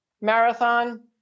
marathon